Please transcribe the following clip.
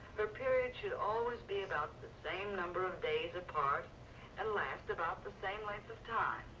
her period should always be about the same number of days apart and last about the same length of time.